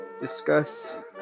discuss